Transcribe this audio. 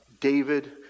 David